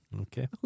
Okay